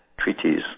treaties